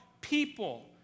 people